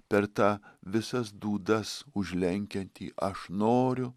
per tą visas dūdas užlenkiantį aš noriu